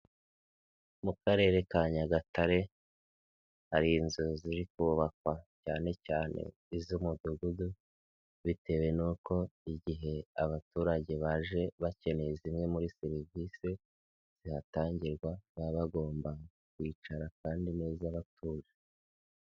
Mu karere ka Nyagatare hari inzu ziri kubakwa cyane cyane iz'umudugudu, bitewe n uko igihe abaturage baje bakeneye zimwe muri serivisi zihatangirwa, baba bagomba kwicara kandi neza batuje.